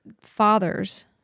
fathers